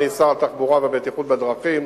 אני שר התחבורה והבטיחות בדרכים,